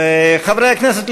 חברי הכנסת,